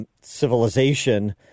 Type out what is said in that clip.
civilization